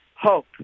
hope